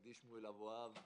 ידידי שמואל אבוהב,